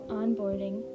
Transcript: onboarding